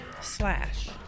Slash